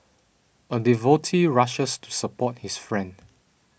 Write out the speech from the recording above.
a devotee rushes to support his friend